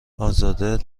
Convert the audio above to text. ازاده